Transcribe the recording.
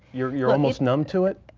you're you're almost numb to it?